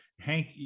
Hank